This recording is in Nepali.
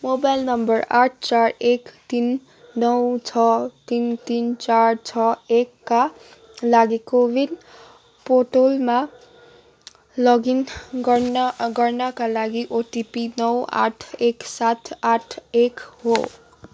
मोबाइल नम्बर आठ चार एक तिन नौ छ तिन तिन चार छ एकका लागि को विन पोर्टलमा लगइन गर्न गर्नाका लागि ओटिपी नौ आठ एक सात आठ एक हो